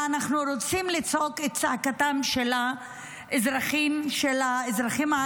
אנחנו רוצים לצעוק את צעקתם של האזרחים הערבים,